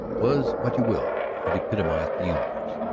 was what you will. it epitomized the universe.